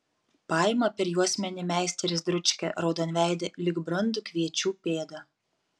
paima per juosmenį meisteris dručkę raudonveidę lyg brandų kviečių pėdą